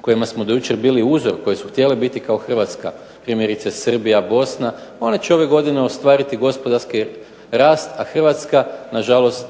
kojima smo do jučer bili uzor, koji su htjele biti kao Hrvatska, primjerice kao Srbija, Bosna, ona će ove godine ostvariti gospodarski rast a Hrvatska na žalost